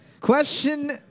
Question